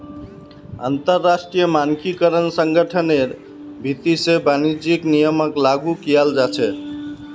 अंतरराष्ट्रीय मानकीकरण संगठनेर भीति से वाणिज्यिक नियमक लागू कियाल जा छे